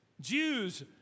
Jews